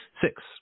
six